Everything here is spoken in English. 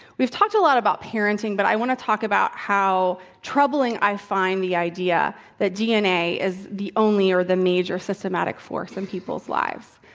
we've talked a lot about parenting, but i want to talk about how troubling i find the idea that dna is the only or the major systematic force in people's lives.